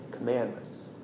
commandments